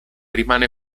rimane